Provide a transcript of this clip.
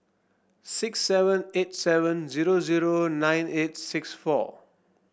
six seven eight seven zero zero nine eight six four